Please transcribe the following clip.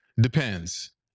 depends